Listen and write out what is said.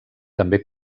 també